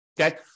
okay